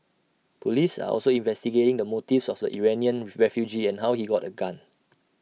Police are also investigating the motives of the Iranian refugee and how he got A gun